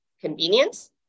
convenience